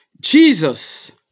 Jesus